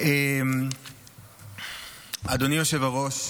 אדוני היושב-ראש,